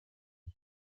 and